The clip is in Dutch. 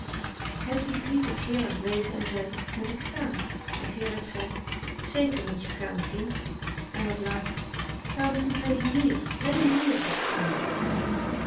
hedwig liet dit gerard lezen en zei moet ik gaan en gerard zei zeker moet je gaan kind en wat later waarom komt hij niet hier breng hem hier als je kunt